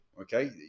okay